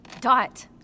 Dot